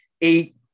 Eight